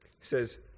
says